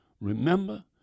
remember